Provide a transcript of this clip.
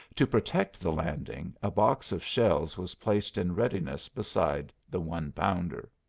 to protect the landing a box of shells was placed in readiness beside the one-pounder.